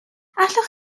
allwch